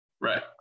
Right